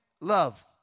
love